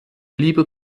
liebe